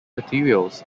materials